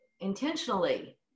intentionally